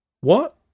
What